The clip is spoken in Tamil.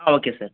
ah okay sir